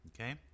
okay